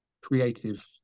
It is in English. creative